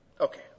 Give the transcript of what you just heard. Okay